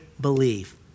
believe